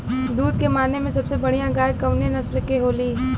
दुध के माने मे सबसे बढ़ियां गाय कवने नस्ल के होली?